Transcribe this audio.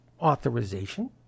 authorization